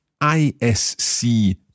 I-S-C